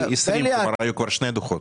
היו כבר שני דוחות.